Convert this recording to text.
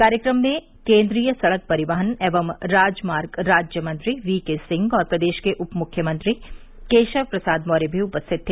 कार्यक्रम में केंद्रीय सडक परिवहन एवं राजमार्ग राज्यमंत्री वी के सिंह और प्रदेश के उप मुख्यमंत्री केशव प्रसाद मौर्य भी उपस्थित रहे